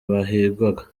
bahigwaga